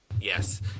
yes